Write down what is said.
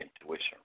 intuition